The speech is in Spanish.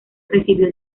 recibió